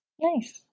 Nice